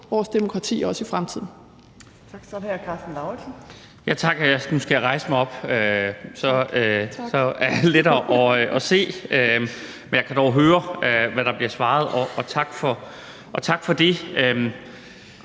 vores demokrati også i fremtiden